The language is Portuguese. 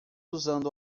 usando